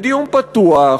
בדיון פתוח,